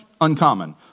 uncommon